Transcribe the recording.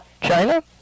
China